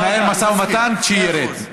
תנהל משא ומתן כשירד.